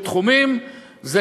תחומים כלשהם,